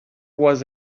was